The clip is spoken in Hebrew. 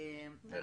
תודה רבה.